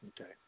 Okay